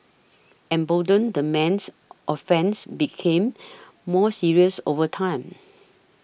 emboldened the man's offences became more serious over time